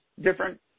different